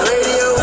Radio